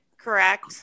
correct